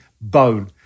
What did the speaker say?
bone